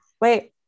wait